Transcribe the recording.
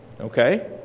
Okay